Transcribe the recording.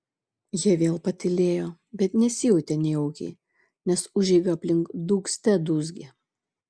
jie vėl patylėjo bet nesijautė nejaukiai nes užeiga aplink dūgzte dūzgė